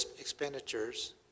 expenditures